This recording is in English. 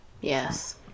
Yes